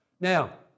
Now